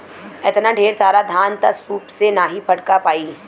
एतना ढेर सारा धान त सूप से नाहीं फटका पाई